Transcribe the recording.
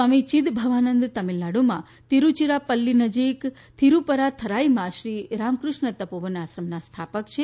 સ્વામી ચિદભવાનંદ તમિલનાડમાં તિરુચિરાપલ્લી નજીક થિરુપરાથરાઈમાં શ્રી રામકુષ્ણ તપોવન આશ્રમના સ્થાપક છે